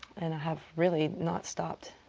and i have really not stopped,